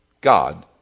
God